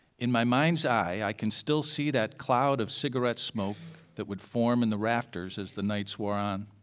in my mind's eye i can still see that cloud of cigarette smoke that would form in the rafters as the nights wore on